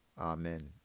Amen